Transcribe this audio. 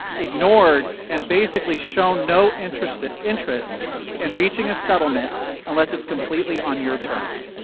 ignored, and basically shown no interest in interest in reaching a settlement unless it's completely on your terms.